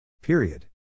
Period